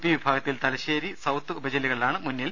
P വിഭാഗത്തിൽ Thalassery south ഉപജില്ലകളാണ് മുന്നിൽ